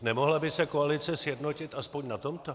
Nemohla by se koalice sjednotit alespoň na tomto?